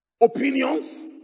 opinions